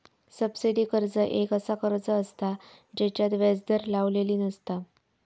subsidy कर्ज एक असा कर्ज असता जेच्यात व्याज दर लावलेली नसता